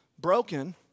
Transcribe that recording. broken